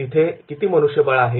तिथे किती मनुष्यबळ आहे